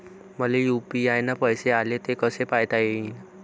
मले यू.पी.आय न पैसे आले, ते कसे पायता येईन?